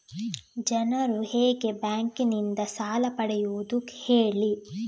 ಜನರು ಹೇಗೆ ಬ್ಯಾಂಕ್ ನಿಂದ ಸಾಲ ಪಡೆಯೋದು ಹೇಳಿ